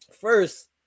first